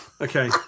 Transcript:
Okay